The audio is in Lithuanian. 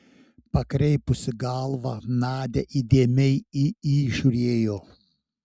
pakreipusi galvą nadia įdėmiai į jį žiūrėjo